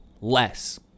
less